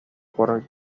por